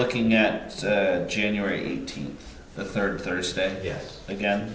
looking at january eighteenth third thursday yes again